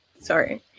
Sorry